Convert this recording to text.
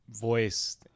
voice